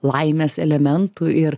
laimės elementų ir